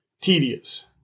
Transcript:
tedious